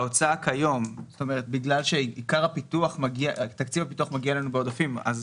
ההוצאה כיום תקציב הפיתוח מגיע אלינו בעודפים אז